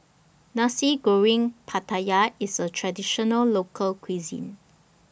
Nasi Goreng Pattaya IS A Traditional Local Cuisine